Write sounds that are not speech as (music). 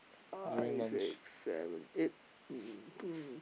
five six seven eight (noise)